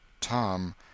Tom